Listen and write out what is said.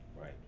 Right